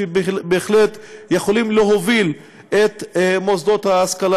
שבהחלט יכולים להוביל את מוסדות ההשכלה